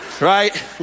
right